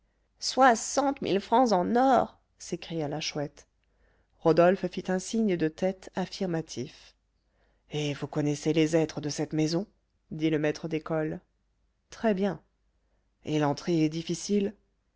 soixante mille francs en or s'écria la chouette rodolphe fit un signe de tête affirmatif et vous connaissez les êtres de cette maison dit le maître d'école très-bien et l'entrée est difficile